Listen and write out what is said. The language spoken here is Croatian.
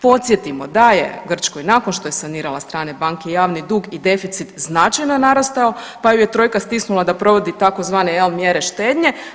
Podsjetimo da je Grčkoj nakon što je sanirala strane banke javni dug i deficit značajno narastao pa ju je trojka stisnula da provodi tzv. jel mjere štednje.